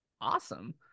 Awesome